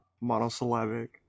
monosyllabic